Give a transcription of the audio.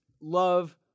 love